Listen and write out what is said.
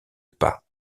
pas